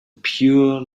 pure